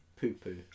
poo-poo